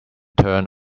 turned